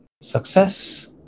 success